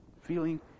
feeling